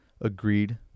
agreed